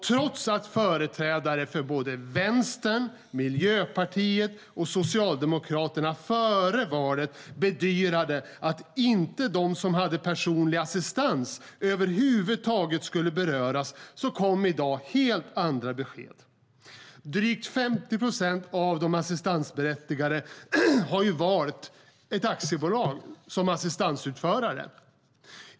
Trots att företrädare för Vänstern, Miljöpartiet och Socialdemokraterna före valet bedyrade att de som har personlig assistans över huvud taget inte skulle beröras kom i dag helt andra besked. Drygt 50 procent av de assistansberättigade har valt ett aktiebolag som assistansutförare.